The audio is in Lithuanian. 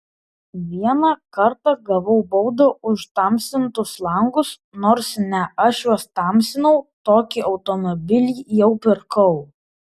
vieną kartą gavau baudą už tamsintus langus nors ne aš juos tamsinau tokį automobilį jau pirkau